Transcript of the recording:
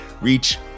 reach